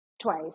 twice